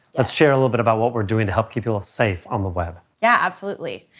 let's share a little bit about what we're doing to help keep people safe on the web. yeah, absolutely.